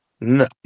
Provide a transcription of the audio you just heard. No